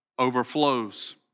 overflows